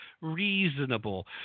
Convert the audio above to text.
reasonable